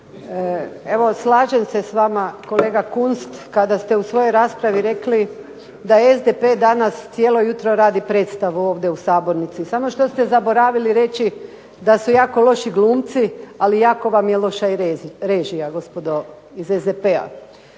Evo slažem se s vama kolega Kunst kada ste u svojoj raspravi rekli da SDP danas cijelo jutro radi predstavu ovdje u sabornici, samo što ste zaboravili reći da su jako loši glumci, ali jako vam je loša i režija gospodo iz SDP-a.